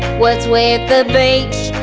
what's with the beach?